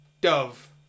Dove